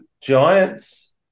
Giants